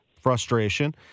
frustration